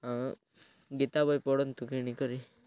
ଆଉ ଗୀତା ବହି ପଢ଼ନ୍ତୁ କିଣିକରି